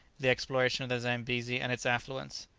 the exploration of the zambesi and its affluents.